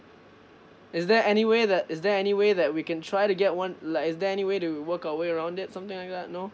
is there any way that is there any way that we can try to get one like is there any way to work away around it something like that no